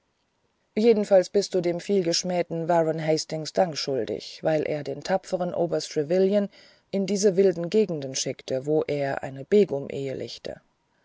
jedenfalls bist du dem vielgeschmähten warren hastings dank schuldig weil er den tapferen oberst trevelyan in diese wilden gegenden schickte wo er eine begum ehelichte